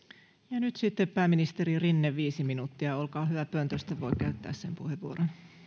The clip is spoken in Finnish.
ja nyt sitten pääministeri rinne viisi minuuttia olkaa hyvä pöntöstä voi käyttää sen puheenvuoron